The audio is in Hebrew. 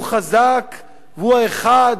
שהוא חזק והוא האחד,